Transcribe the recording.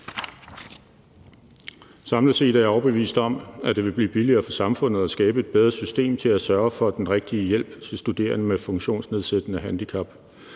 Samlet set er jeg overbevist om, at det vil blive billigere for samfundet at skabe et bedre system til at sørge for den rigtige hjælp til studerende med funktionsnedsættende handicap.